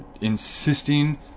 insisting